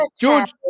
George